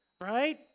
right